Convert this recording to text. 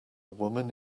woman